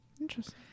Interesting